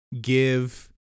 give